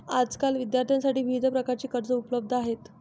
आजकाल विद्यार्थ्यांसाठी विविध प्रकारची कर्जे उपलब्ध आहेत